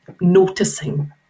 noticing